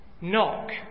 knock